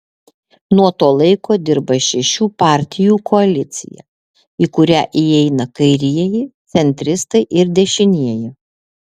nuo to laiko dirba šešių partijų koalicija į kurią įeina kairieji centristai ir dešinieji